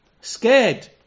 scared